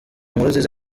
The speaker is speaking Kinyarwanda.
nkurunziza